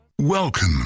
Welcome